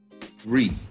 three